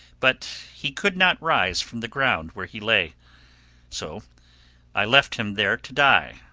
but he could not rise from the ground where he lay so i left him there to die,